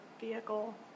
vehicle